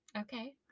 Okay